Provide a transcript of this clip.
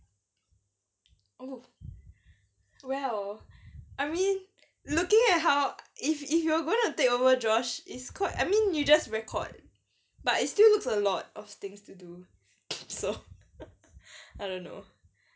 oh well I mean looking at how if if you are gonna take over josh it's quite I mean you just record but it still looks a lot of things to do so I don't know